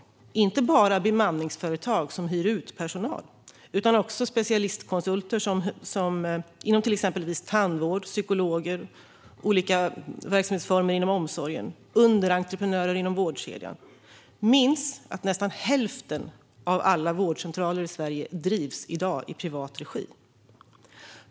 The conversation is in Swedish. Det gäller inte bara bemanningsföretag som hyr ut personal, utan det gäller också specialistkonsulter inom till exempel tandvård, hos psykologer och i olika verksamhetsformer inom omsorgen samt underentreprenörer i vårdkedjan. Minns att nästan hälften av alla vårdcentraler i Sverige i dag drivs i privat regi!